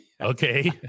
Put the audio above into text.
Okay